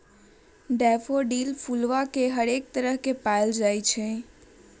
daffodil फूलवन के हरेक तरह के पावल जाहई